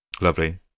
Lovely